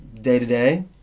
day-to-day